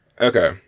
Okay